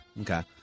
okay